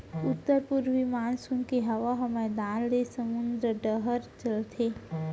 उत्तर पूरवी मानसून के हवा ह मैदान ले समुंद डहर चलथे